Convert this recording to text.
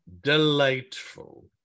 delightful